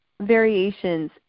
variations